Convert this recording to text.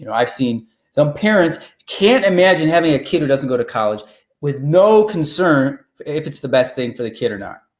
you know i've seen some parents parents can't imagine having a kid who doesn't go to college with no concern if it's the best thing for the kid or not.